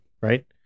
right